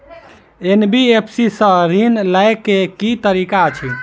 NBFC सँ ऋण लय केँ की तरीका अछि?